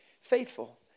faithful